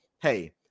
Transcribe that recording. hey